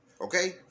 Okay